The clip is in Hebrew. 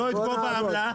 לא את גובה העמלה,